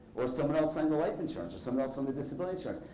or someone else on the life insurance. or someone else on the disability insurance.